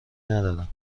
ندارم